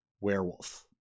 werewolf